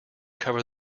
cover